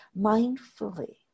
mindfully